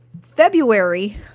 February